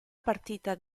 partita